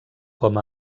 com